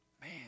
Man